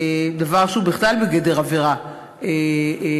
דבר שהוא בכלל בגדר עבירה פלילית.